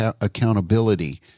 accountability